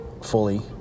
fully